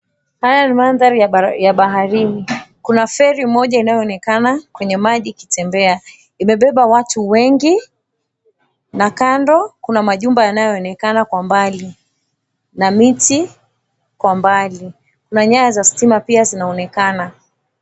Haya ni madhari ya baharini. Kuna feri moja inayoonekana kwenye maji ikitembea. Imebeba watu wengi na kando kuna majumba yanayoonekana kwa mbali na miti kwa mbali na nyaya za stima pia zinaonekana.